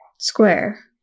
Square